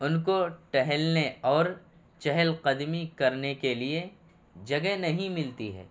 ان کو ٹہلنے اور چہل قدمی کرنے کے لیے جگہ نہیں ملتی ہے